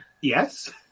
Yes